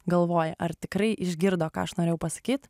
galvoji ar tikrai išgirdo ką aš norėjau pasakyt